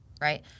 right